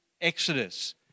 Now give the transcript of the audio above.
Exodus